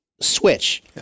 switch